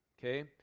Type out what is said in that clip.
Okay